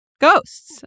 Ghosts